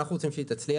ואנחנו רוצים שהיא תצליח,